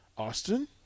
Austin